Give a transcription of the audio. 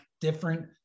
different